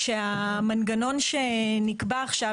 שהמנגנון שנקבע עכשיו,